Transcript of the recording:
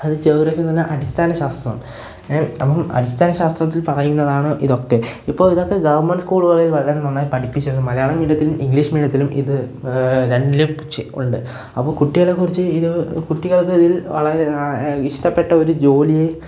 അത് ജോഗ്രഫി എന്നു പറഞ്ഞാല് അടിസ്ഥാന ശാസ്തം അപ്പോള് അടിസ്ഥാന ശാസ്ത്രത്തിൽ പറയുന്നതാണ് ഇതൊക്കെ ഇപ്പോള് ഇതൊക്കെ ഗവണ്മെന്റ് സ്കൂളുകളിൽ വളരെ നന്നായി പഠിപ്പിച്ചിരുന്നു മലയാളം മീഡിയത്തിലും ഇംഗ്ലീഷ് മീഡിയത്തിലും ഇത് രണ്ടിലും ഉണ്ട് അപ്പോള് കുട്ടികളെക്കുറിച്ച് ഇത് കുട്ടികൾക്കിതിൽ വളരെ ഇഷ്ടപ്പെട്ടൊരു ജോലി